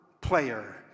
player